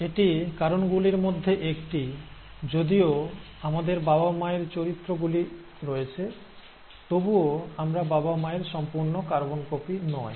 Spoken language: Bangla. এটি কারণ গুলির মধ্যে একটি যদিও আমাদের বাবা মায়ের চরিত্রগুলি রয়েছে তবুও আমরা বাবা মায়ের সম্পূর্ণ কার্বন কপি নয়